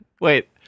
Wait